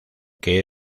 que